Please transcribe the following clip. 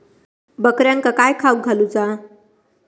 बकऱ्यांका काय खावक घालूचा?